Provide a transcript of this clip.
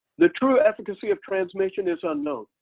the true efficacy of transmission is unknown.